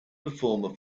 performer